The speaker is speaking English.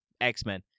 X-Men